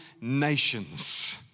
nations